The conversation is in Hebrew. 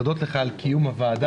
להודות לך על קיום הוועדה